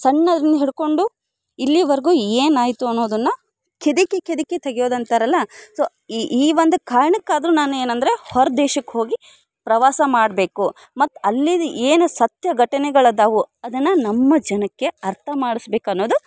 ಸಣ್ಣೋರಿಂದ ಹಿಡ್ಕೊಂಡು ಇಲ್ಲಿವರ್ಗೂ ಏನಾಯಿತು ಅನ್ನೋದನ್ನು ಕೆದಿಕಿ ಕೆದಿಕಿ ತೆಗೆಯೋದು ಅಂತಾರಲ್ಲ ಸೊ ಈ ಈ ಒಂದು ಕಾರ್ಣಕ್ಕೆ ಆದ್ರೂ ನಾನು ಏನೆಂದರೆ ಹೊರ ದೇಶಕ್ಕೆ ಹೋಗಿ ಪ್ರವಾಸ ಮಾಡಬೇಕು ಮತ್ತು ಅಲ್ಲಿದು ಏನು ಸತ್ಯ ಘಟನೆಗಳು ಅದಾವು ಅದನ್ನು ನಮ್ಮ ಜನಕ್ಕೆ ಅರ್ಥ ಮಾಡಿಸ್ಬೇಕು ಅನ್ನೋದು